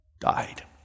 died